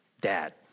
dad